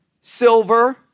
silver